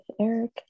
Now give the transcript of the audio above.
eric